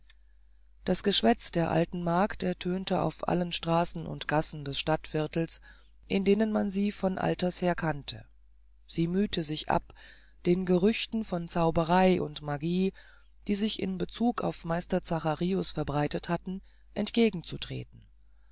das geschwätz der alten magd ertönte auf allen straßen und gassen des stadtviertels in denen man sie von alters her kannte sie mühte sich ab den gerüchten von zauberei und magic die sich in bezug auf meister zacharius verbreitet hatten entgegenzutreten